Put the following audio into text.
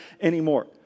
anymore